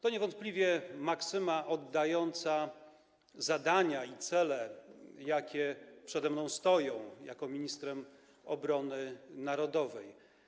To niewątpliwie maksyma oddająca zadania i cele, jakie przede mną stoją jako ministrem obrony narodowej.